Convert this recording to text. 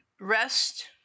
Rest